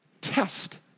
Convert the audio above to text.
test